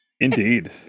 indeed